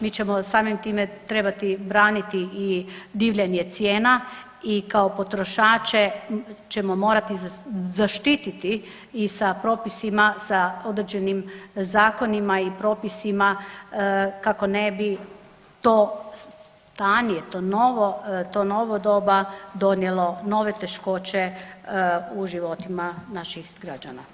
Mi ćemo samim time trebati braniti i divljanje cijena i kao potrošače ćemo morati zaštititi i sa propisima, sa određenim zakonima i propisima kako ne bi to stanje, to novo doba donijelo nove teškoće u životima naših građana.